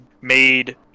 made